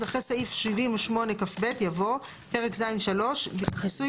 - (1) אחרי סעיף 78כב יבוא: "פרק ז'3: כיסוי